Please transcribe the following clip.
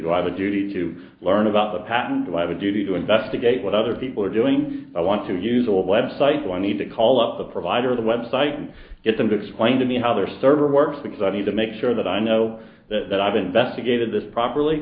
drive a duty to learn about the patent live a duty to investigate what other people are doing i want to use a website so i need to call up the provider of the website and get them to explain to me how their server works because i need to make sure that i know that i've investigated this properly